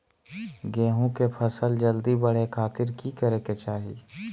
गेहूं के फसल जल्दी बड़े खातिर की करे के चाही?